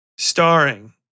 starring